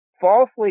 Falsely